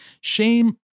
Shame